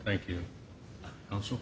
thank you also